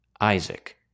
Isaac